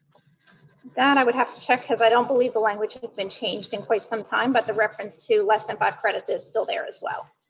that i would have to check because i don't believe the language has been changed in quite some time, but the reference to less than five credits is still there, as well.